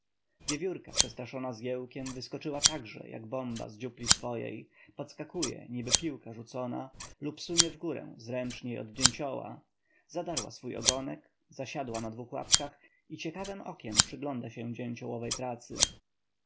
dzięcioła wiewiórka przestraszona zgiełkiem wyskoczyła także jak bomba z dziupli swojej podskakuje niby piłka rzucona lub sunie w górę zręczniej od dzięcioła zadarła swój ogonek zasiadła na dwóch łapkach i ciekawem okiem przygląda się dzięciołowej pracy